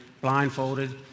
blindfolded